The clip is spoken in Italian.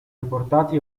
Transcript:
riportati